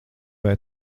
vai